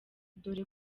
dore